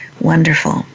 Wonderful